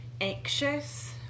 anxious